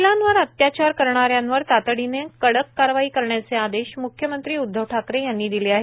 महिलांवर अत्याचार करणाऱ्यांवर तातडीने कडक कारवाई करण्याचे आदेश म्ख्यमंत्री उद्धव ठाकरे यांनी दिले आहेत